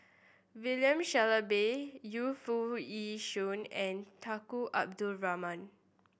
William Shellabear Yu Foo Yee Shoon and Tunku Abdul Rahman